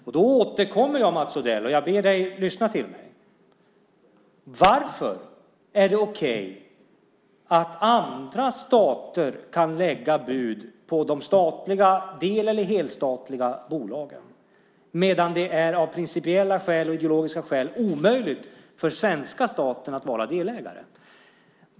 Därför återkommer jag till frågan, Mats Odell, och jag ber dig lyssna: Varför är det okej att andra stater kan lägga bud på de del eller helstatliga bolagen medan det av principiella och ideologiska skäl är omöjligt för den svenska staten att vara delägare?